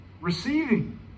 receiving